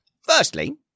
Firstly